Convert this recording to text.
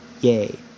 yay